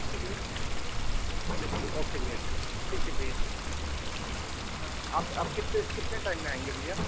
जी भैया देखिए ओके भैया ठीक है भैया आप आप कितने कितने टाइम में आएँगे भैया